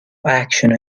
action